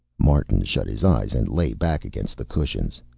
martin shut his eyes and lay back against the cushions.